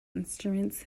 instruments